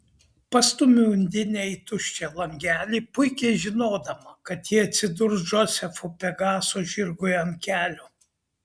pastumiu undinę į tuščią langelį puikiai žinodama kad ji atsidurs džozefo pegaso žirgui ant kelio